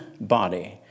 body